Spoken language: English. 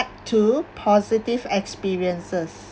part two positive experiences